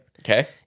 Okay